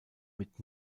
mit